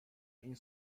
این